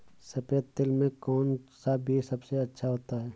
सफेद तिल में कौन सा बीज सबसे अच्छा होता है?